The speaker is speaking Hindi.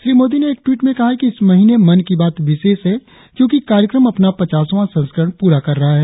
श्री मोदी ने एक टवीट में कहा कि इस महीने मन की बात विशेष है क्योकि कार्यक्रम अपना पचासवां संस्करण पूरा कर रहा है